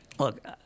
Look